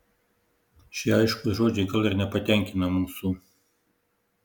šie aiškūs žodžiai gal ir nepatenkina mūsų